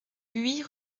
huit